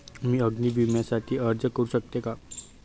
मी अग्नी विम्यासाठी अर्ज करू शकते का?